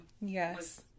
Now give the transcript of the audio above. Yes